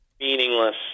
Meaningless